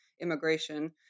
immigration